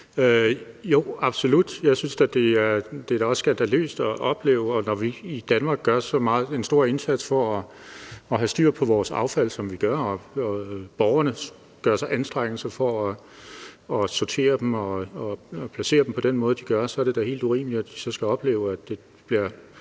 Jo, absolut. Jeg synes da også, det er skandaløst at opleve, og når vi i Danmark gør så stor en indsats for at have styr på vores affald, som vi gør, og borgerne gør sig anstrengelser for at sortere det og placere det på den måde, de gør, er det da helt urimeligt, at de skal opleve, at det bliver